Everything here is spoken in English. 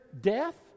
death